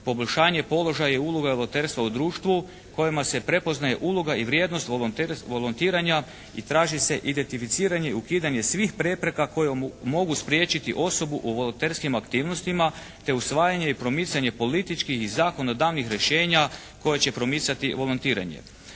poboljšanje položaja i uloga volonterstva u društvu kojima se prepoznaje uloga i vrijednost volontiranja i traži se identificiranje i ukidanje svih prepreka koje mogu spriječiti osobu u volonterskim aktivnostima te usvajanje i promicanje političkih i zakonodavnih rješenja koje će promicati volontiranje.